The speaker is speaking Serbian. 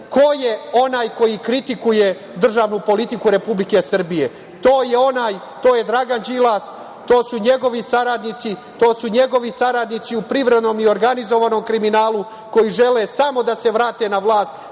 ko je onaj koji kritikuje državnu politiku Republike Srbije. To je Dragan Đilas, to su njegovi saradnici, to su njegovi saradnici u privrednom i organizovanom kriminalu koji žele samo da se vrate na vlast